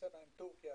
יחסינו עם טורקיה